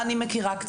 אני קצת מכירה.